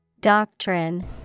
Doctrine